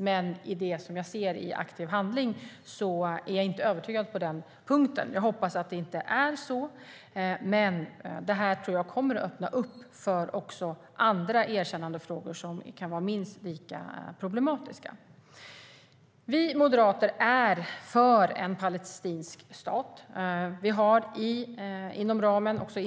Men av det jag ser i aktiv handling är jag inte övertygad på denna punkt. Jag hoppas att det inte är så, men jag tror att detta kommer att öppna upp också för andra erkännandefrågor som kan vara minst lika problematiska. Vi moderater är för en palestinsk stat. Vi har inom ramen för